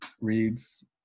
reads